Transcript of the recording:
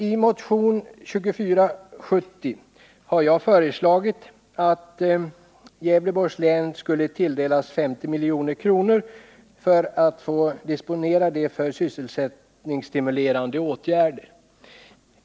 I motionen 2470 har jag föreslagit att Gävleborgs län skulle tilldelas 50 milj.kr. och få disponera det beloppet för sysselsättningsstimulerande åtgärder.